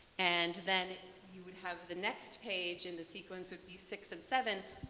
and then you would have the next page in the sequence would be six and seven.